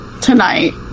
tonight